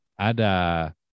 ada